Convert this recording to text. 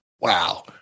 wow